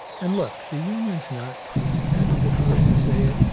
and, look the union's not perfect. i'd be the first to say it.